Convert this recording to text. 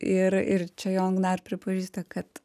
ir ir čia jon gnar pripažįsta kad